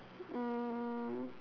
um